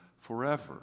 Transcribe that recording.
forever